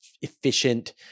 efficient